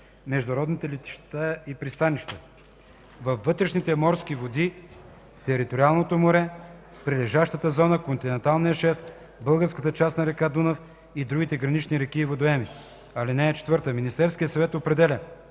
международните летища и пристанища, във вътрешните морски води, териториалното море, прилежащата зона, континенталния шелф, българската част на река Дунав и другите гранични реки и водоеми. (4) Министерският съвет определя: